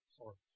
sorry